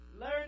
learn